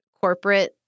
corporate